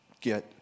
get